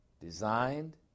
designed